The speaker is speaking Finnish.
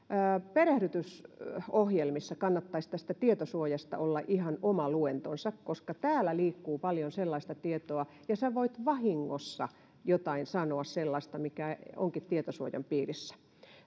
perehdytysohjelmissa kannattaisi tästä tietosuojasta olla ihan oma luentonsa koska täällä liikkuu paljon sellaista tietoa ja sinä voit vahingossa sanoa jotain sellaista mikä onkin tietosuojan piirissä